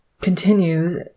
continues